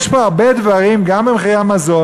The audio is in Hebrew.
יש פה הרבה דברים ביוקר המחיה,